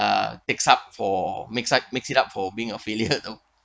uh except for mix it mix it up for being affiliate though